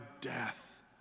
death